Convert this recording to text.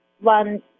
one